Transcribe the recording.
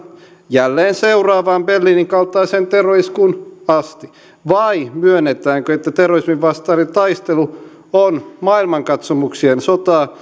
jälleen seuraavaan berliinin kaltaiseen terroristi iskuun asti vai myönnetäänkö että terrorismin vastainen taistelu on maailmankatsomuksien sotaa